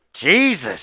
Jesus